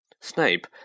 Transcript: Snape